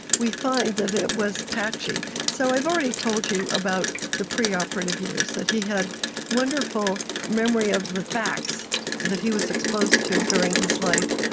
we find that it was patchy. so i've already told you about the preoperative years, that he had wonderful memory of the facts that he was exposed to during his life,